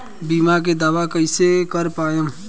बीमा के दावा कईसे कर पाएम?